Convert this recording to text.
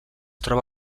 troba